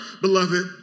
beloved